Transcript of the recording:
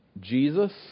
Jesus